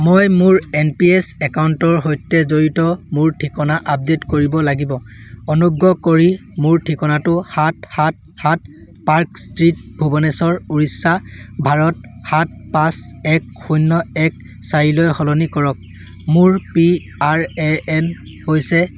মই মোৰ N P S একাউণ্টৰ সৈতে জড়িত মোৰ ঠিকনা আপডে'ট কৰিব লাগিব অনুগ্ৰহ কৰি মোৰ ঠিকনাটো সাত সাত সাত পাৰ্ক ষ্ট্ৰীট ভুৱনেশ্বৰ ওড়িশা ভাৰত সাত পাঁচ এক শূন্য এক চাৰিলৈ সলনি কৰক মোৰ পি আৰ এ এন হৈছে